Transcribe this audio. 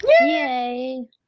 Yay